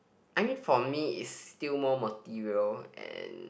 I mean for me is still more material and